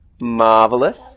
Marvelous